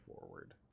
forward